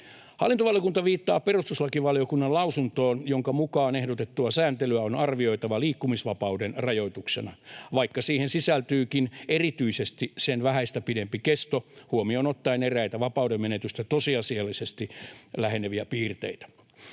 Hallintovaliokunta viittaa perustuslakivaliokunnan lausuntoon, jonka mukaan ehdotettua sääntelyä on arvioitava liikkumisvapauden rajoituksena, vaikka siihen sisältyykin erityisesti sen vähäistä pidempi kesto huomioon ottaen eräitä vapauden menetystä tosiasiallisesti läheneviä piirteitä.